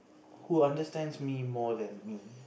who understands me more than me